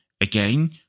Again